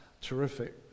terrific